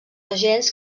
agents